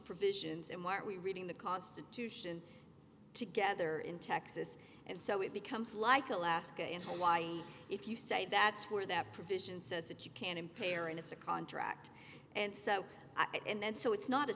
provisions in what we're reading the constitution together in texas and so it becomes like alaska and hawaii if you say that's where that provision says that you can impair in it's a contract and so i and so it's not a